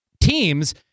teams